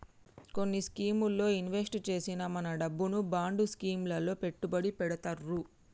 కొన్ని స్కీముల్లో ఇన్వెస్ట్ చేసిన మన డబ్బును బాండ్ స్కీం లలో పెట్టుబడి పెడతుర్రు